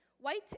white